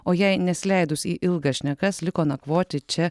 o jai nesileidus į ilgas šnekas liko nakvoti čia